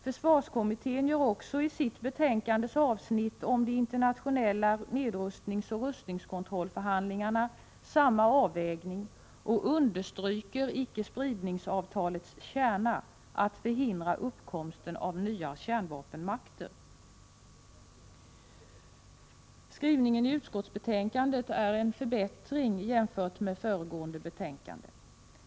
Försvarskommittén gör i sitt betänkande — avsnittet om de internationella nedrustningsoch rustningskontrollsförhandlingarna — samma avvägning och understryker icke-spridningsavtalets kärna, att förhindra uppkomsten av nya kärnvapenmakter. Skrivningen i utskottsbetänkandet är en förbättring jämfört med föregående betänkande.